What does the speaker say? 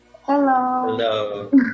Hello